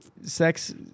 Sex